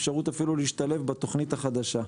אפשרות אפילו להשתלב בתוכנית החדשה.